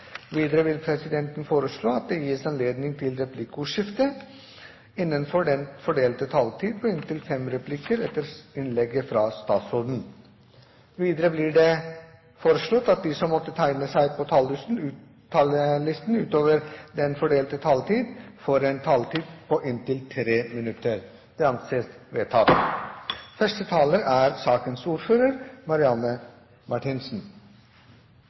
Videre vil presidenten foreslå at det gis anledning til replikkordskifte på inntil fem replikker med svar etter innlegget fra statsråden innenfor den fordelte taletid. Videre blir det foreslått at de som måtte tegne seg på talerlisten utover den fordelte taletid, får en taletid på inntil 3 minutter. – Det anses vedtatt. Dokument 8:98 S er